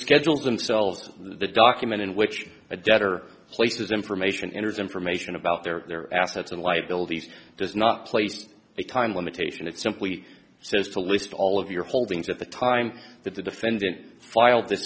schedules themselves the document in which a debtor places information enters information about their assets and liabilities does not placed a time limitation it simply says to list all of your holdings at the time that the defendant filed the